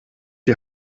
die